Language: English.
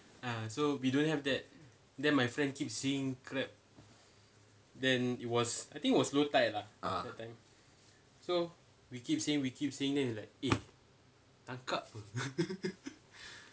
ah